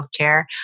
Healthcare